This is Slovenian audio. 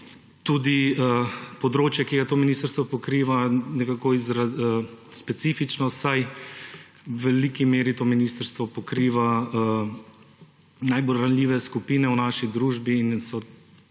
tudi področje, ki ga to ministrstvo pokriva, nekako specifično, saj v veliki meri to ministrstvo pokriva najbolj ranljive skupine v naši družbi in so ta